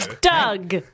Doug